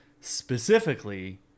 specifically